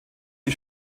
die